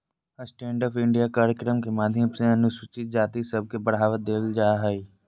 stand up India कार्यक्रम के माध्यम से अनुसूचित सब के बढ़ावा देवल जा हय